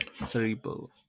Cerebral